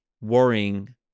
worrying